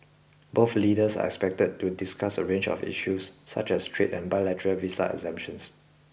both leaders are expected to discuss a range of issues such as trade and bilateral visa exemptions